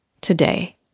today